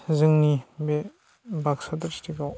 जोंनि बे बाक्सा डिस्ट्रिकआव